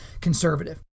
conservative